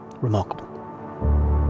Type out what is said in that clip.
Remarkable